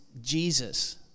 Jesus